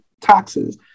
taxes